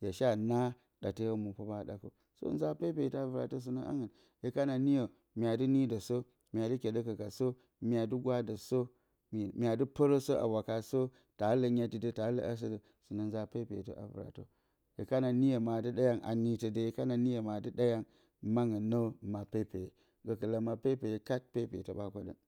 hye shea naa ɗate hɘmɘnpwa b0a ɗa kɘw nza pepetɘ a vɨratɘ sɨnɘ hangɨn hye kana niyɘ mya di nidɘlɘ sɘ mya dɨ keɗɘko kasɘ mya dɨ gwadɘ satuarn mya dɨ pɨrɘ sɘ a wakasɘ talɘ myati dɘ ta lɘ hasɘdɘ sɨ nɘ nza pepetɘ a vɨratɘ hye kana niyɘ ma dɨ ɗa hyan a nitɘ de hye kanɘ niyɘ ma dɨ ɗa yan mangɨn nɘ ma pepeye gɘkɘlɘ ma pepeye kat pepetɘ b0a keɗɘn.